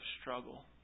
struggle